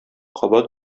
кабат